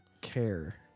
care